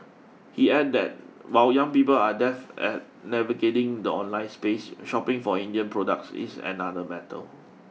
he added that while young people are death at navigating the online space shopping for Indian products is another matel